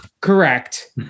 Correct